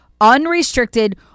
unrestricted